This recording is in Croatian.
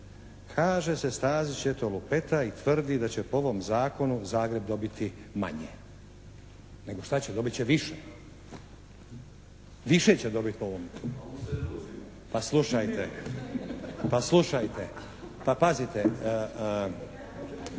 Kaže se Stazić eto lupeta i tvrdi da će po ovom zakonu Zagreb dobiti manje. Nego šta će? Dobiti će više? Više će dobiti po ovome? A slušajte, a slušajte, pa pazite,